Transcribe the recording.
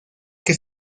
que